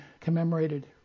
commemorated